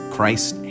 Christ